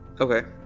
Okay